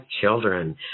children